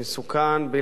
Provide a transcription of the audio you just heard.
בלתי יציב,